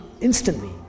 instantly